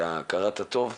כשאנחנו קמים כל בוקר,